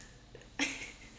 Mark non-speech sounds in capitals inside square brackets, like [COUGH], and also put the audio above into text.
[LAUGHS]